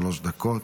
שלוש דקות.